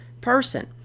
person